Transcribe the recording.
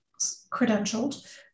credentialed